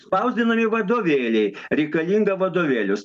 spausdinami vadovėliai reikalinga vadovėlius